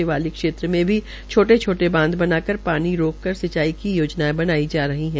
शिवालिक क्षेत्रों मे छोटे छोटे बांध बना कर पानी रोकरकर सिंचाई की योजनायें बनाई जा रही है